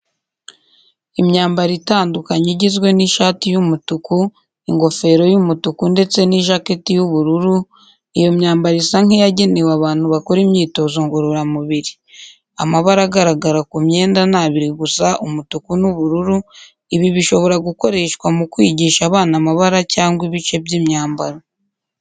Imyambaro itandukanye igizwe n'ishati y'umutuku, ingofero y'umutuku ndetse n'ijaketi y'ubururu, iyo myambaro isa nk'iyagenewe abantu bakora imyitozo ngororamubiri. Amabara agaragara ku myenda ni abiri gusa: umutuku n'ubururu, ibi bishobora gukoreshwa mu kwigisha abana amabara cyangwa ibice by'imyambaro.